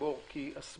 לסבור כי הסמכת